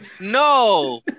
No